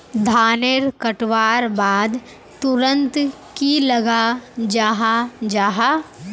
धानेर कटवार बाद तुरंत की लगा जाहा जाहा?